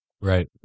Right